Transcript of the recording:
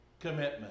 commitment